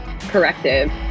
corrective